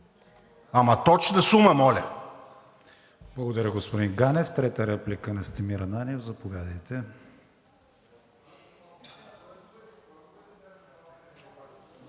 Ама точна сума, моля!